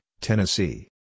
Tennessee